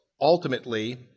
ultimately